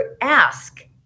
ask